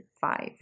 five